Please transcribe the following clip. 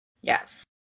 Yes